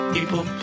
People